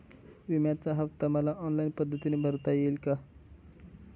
विम्याचा हफ्ता मला ऑनलाईन पद्धतीने भरता येईल का?